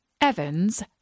Evans